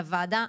לוועדה,